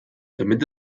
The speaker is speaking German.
damit